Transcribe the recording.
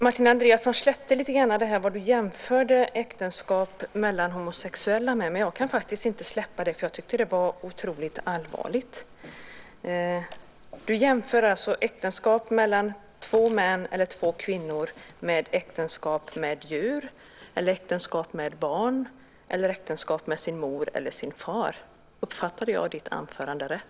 Martin Andreasson släppte lite grann det här med vad du jämförde äktenskap mellan homosexuella med. Men jag kan faktiskt inte släppa det, för jag tycker att det var otroligt allvarligt. Du jämför alltså äktenskap mellan två män eller mellan två kvinnor med äktenskap med djur, äktenskap med barn eller äktenskap med mor eller far. Uppfattade jag dig rätt i ditt anförande?